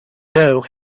know